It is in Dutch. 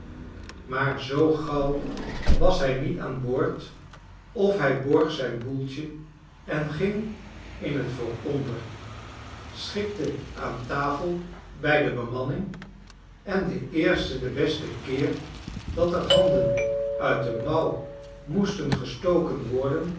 maar zoo gauw was hij niet aan boord of hij borg zyn boeltje en ging in t vooronder schikte aan tafel bij de bemanning en den eersten den besten keer dat er handen uit de mouw moesten gestoken worden